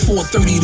430